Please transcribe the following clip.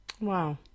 Wow